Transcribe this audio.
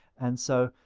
and so,